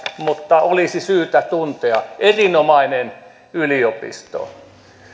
mutta olisi syytä tuntea erinomainen yliopisto